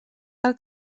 cal